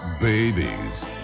babies